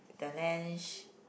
the lan~